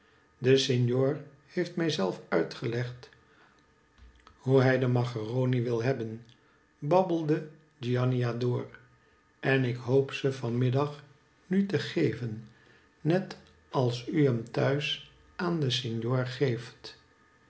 de signor heeft mij zelf uitgelegd hoe hij de maccheroni wil hebbcn babbelde giannina door en lk hoop ze van middag nu te geven net als u hem thuis aan den signor geeft